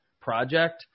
project